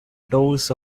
doors